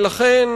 לכן,